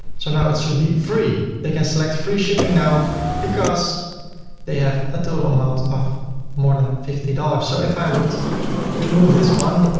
so now it should be free. they can select free shipping now because they have a total amount of more than fifty dollars. so if i would remove this one,